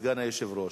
סגן היושב-ראש.